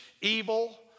evil